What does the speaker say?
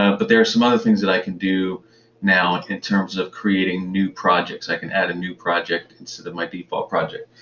but there's some other things that i can do now in terms of creating new projects. i can add a new project instead of my default project.